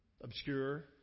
Obscure